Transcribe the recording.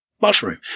mushroom